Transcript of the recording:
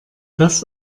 das